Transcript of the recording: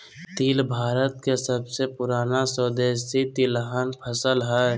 तिल भारत के सबसे पुराना स्वदेशी तिलहन फसल हइ